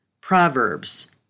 Proverbs